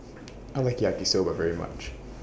I like Yaki Soba very much